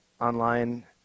online